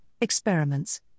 experiments